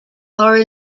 are